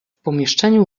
pomieszczeniu